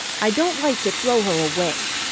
i don't like to throw her away,